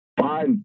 Five